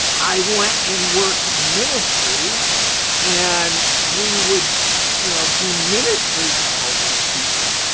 i went and worked ministry and we would you know, do ministry to homeless people.